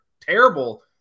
terrible